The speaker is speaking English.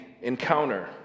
encounter